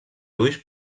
ulls